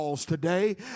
today